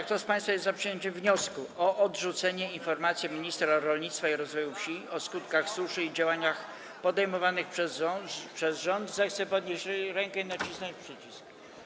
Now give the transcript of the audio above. Kto z państwa jest za przyjęciem wniosku o odrzucenie informacji ministra rolnictwa i rozwoju wsi o skutkach suszy i działaniach podejmowanych przez rząd, zechce podnieść rękę i nacisnąć przycisk.